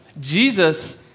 Jesus